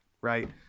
Right